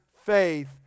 faith